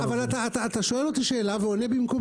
הז.ה אבל אתה שואל אותי שאלה ועונה במקומי.